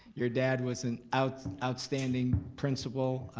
your dad was an outstanding principal.